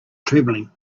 trembling